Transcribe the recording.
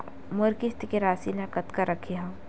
मोर किस्त के राशि ल कतका रखे हाव?